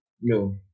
No